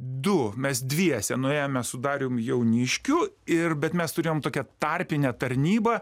du mes dviese nuėjome su darium jauniškiu ir bet mes turėjom tokią tarpinę tarnybą